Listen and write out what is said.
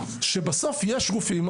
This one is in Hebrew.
שבסוף יש גופים,